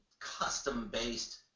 custom-based